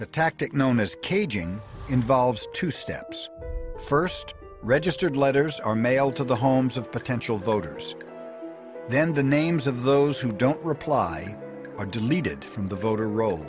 the tactic known as caging involves two steps first registered letters are mailed to the homes of potential voters then the names of those who don't reply are deleted from the voter ro